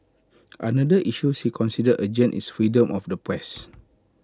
another issue she consider urgent is freedom of the press